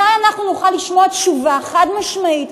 מתי אנחנו נוכל לשמוע תשובה חד-משמעית,